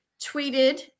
Tweeted